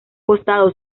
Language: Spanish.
costado